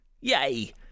Yay